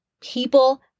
People